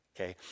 Okay